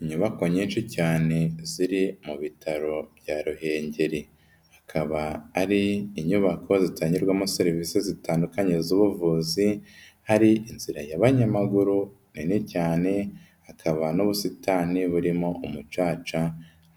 Inyubako nyinshi cyane ziri mu bitaro bya Ruhengeri. Akaba ari inyubako zitangirwamo serivisi zitandukanye z'ubuvuzi, hari inzira y'abanyamaguru nini cyane, hakaba n'ubusitani burimo umucaca